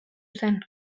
zen